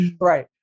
Right